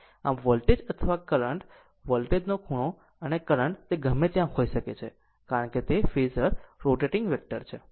આમ વોલ્ટેજ અથવા current voltage નું ખૂણો અને કરંટ તે ગમે ત્યાં હોઈ શકે છે કારણ કે ફેઝર રોટેટીંગ વેક્ટર છે